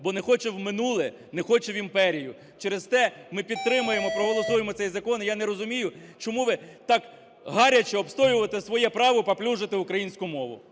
бо не хоче в минуле, не хоче в імперію, через те ми підтримаємо, проголосуємо цей закон. І я не розумію чому ви так гаряче обстоюєте своє право паплюжити українську мову.